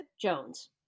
Jones